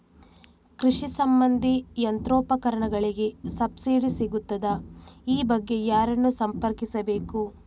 ಕೃಷಿ ಸಂಬಂಧಿ ಯಂತ್ರೋಪಕರಣಗಳಿಗೆ ಸಬ್ಸಿಡಿ ಸಿಗುತ್ತದಾ? ಈ ಬಗ್ಗೆ ಯಾರನ್ನು ಸಂಪರ್ಕಿಸಬೇಕು?